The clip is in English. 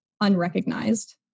unrecognized